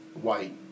White